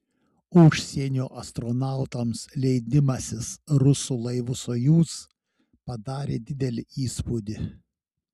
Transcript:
užsienio astronautams leidimasis rusų laivu sojuz padarė didelį įspūdį